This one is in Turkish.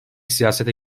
siyasete